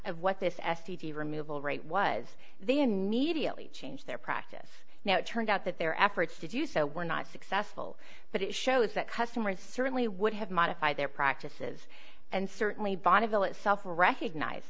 of what this s t d removal rate was the immediately changed their practice now it turned out that their efforts to do so were not successful but it shows that customers certainly would have modified their practices and certainly bonneville itself recognize